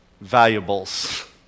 Valuables